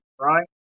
right